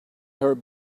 her